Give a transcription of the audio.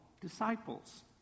disciples